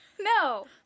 No